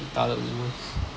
retarded woman